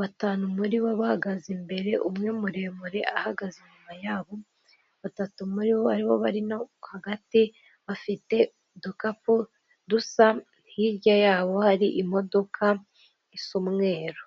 batanu muri bo bahagaze imbere, umwe muremure ahagaze inyuma yabo, batatu muri bo aribo bari no hagati bafite udukapu dusa, hirya yabo hari imodoka isa umweru.